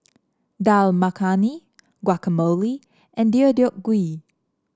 Dal Makhani Guacamole and Deodeok Gui